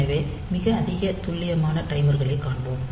எனவே மிக அதிக துல்லியமான டைமர்களைக் காண்போம்